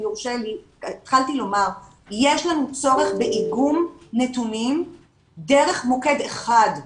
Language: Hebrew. התחלתי לומר שיש לנו צורך באיגום נתונים דרך מוקד אחד.